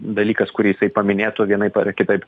dalykas kurį jisai paminėtų vienaip ar kitaip